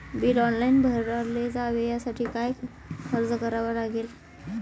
Bill online भरले जावे यासाठी काय अर्ज करावा लागेल?